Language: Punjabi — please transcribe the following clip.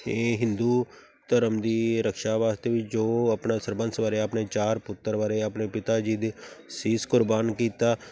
ਇਹ ਹਿੰਦੂ ਧਰਮ ਦੀ ਰਕਸ਼ਾ ਵਾਸਤੇ ਵੀ ਜੋ ਆਪਣਾ ਸਰਬੰਸ ਵਾਰਿਆ ਆਪਣੇ ਚਾਰ ਪੁੱਤਰ ਵਾਰੇ ਆਪਣੇ ਪਿਤਾ ਜੀ ਦਾ ਸੀਸ ਕੁਰਬਾਨ ਕੀਤਾ